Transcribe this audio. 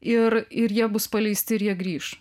ir ir jie bus paleisti ir jie grįš